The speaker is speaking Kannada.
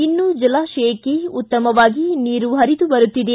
ಇನ್ನು ಜಲಾಶಯಕ್ಕೆ ಉತ್ತಮವಾಗಿ ನೀರು ಪರಿದು ಬರುತ್ತಿದೆ